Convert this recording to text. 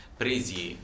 presi